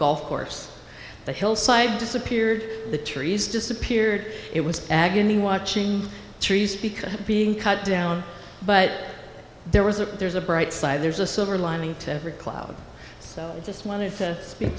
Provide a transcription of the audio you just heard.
golf course the hillside disappeared the trees disappeared it was agony watching trees because being cut down but there was a there's a bright side there's a silver lining to every cloud so just wanted to speak